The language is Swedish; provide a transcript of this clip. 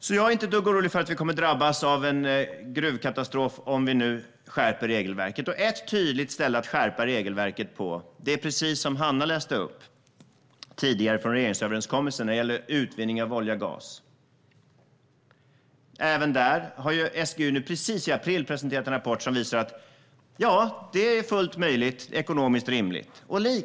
Jag är därför inte ett dugg orolig för att vi kommer att drabbas av en gruvkatastrof om vi nu skärper regelverket. Ett tydligt ställe att skärpa regelverket är precis det som Hanna Westerén tidigare läste upp från regeringsöverenskommelsen när det gäller utvinning av olja och gas. Där har SGU i april presenterat en rapport som visar att det är fullt möjligt och ekonomiskt rimligt att skärpa regelverket.